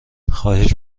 خواهش